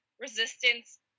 resistance